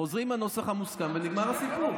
חוזרים עם הנוסח המוסכם ונגמר הסיפור.